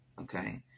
Okay